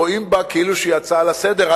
רואים בה כאילו היא הצעה לסדר-היום,